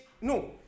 No